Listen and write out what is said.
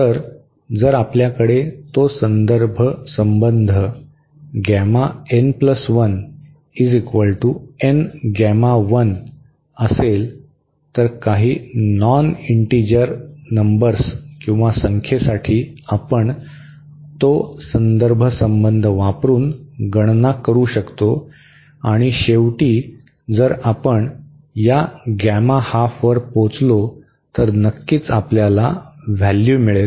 तर जर आपल्याकडे तो संदर्भ संबंध असेल तर काही नॉन इंटीजर संख्येसाठी आपण तो संदर्भ संबंध वापरून गणना करू शकतो आणि शेवटी जर आपण या गॅमा हाफवर पोहोचलो तर नक्कीच आपल्याला व्हॅल्यू मिळेल